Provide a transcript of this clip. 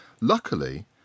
Luckily